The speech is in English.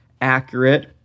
accurate